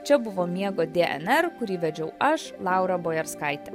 čia buvo miego dnr kurį vedžiau aš laura bojarskaitė